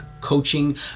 coaching